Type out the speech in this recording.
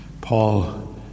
Paul